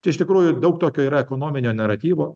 čia iš tikrųjų daug tokio yra ekonominio naratyvo